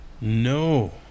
No